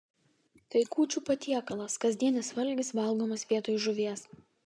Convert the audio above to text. tai kūčių patiekalas kasdienis valgis valgomas vietoj žuvies